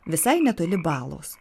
visai netoli balos